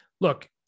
look